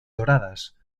doradas